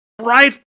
right